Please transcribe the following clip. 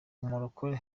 umurokore